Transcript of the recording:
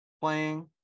playing